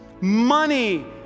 money